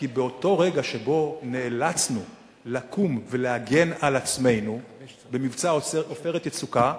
כי באותו רגע שבו נאלצנו לקום ולהגן על עצמנו במבצע "עופרת יצוקה"